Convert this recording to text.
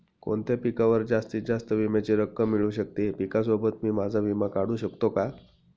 कोणत्या पिकावर जास्तीत जास्त विम्याची रक्कम मिळू शकते? पिकासोबत मी माझा विमा काढू शकतो का?